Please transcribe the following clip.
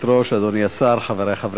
כבוד השר לשעבר חבר הכנסת איתן כבל,